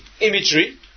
imagery